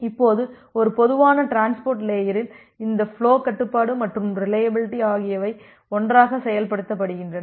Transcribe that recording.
இப்போது ஒரு பொதுவான டிரான்ஸ்போர்ட் லேயரில் இந்த ஃபுலோ கட்டுப்பாடு மற்றும் ரிலையபிலிட்டி ஆகியவை ஒன்றாக செயல்படுத்தப்படுகின்றன